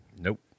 Nope